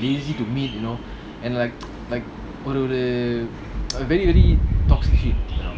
lazy to meet you know and like like ஒருஒரு:oru oru you know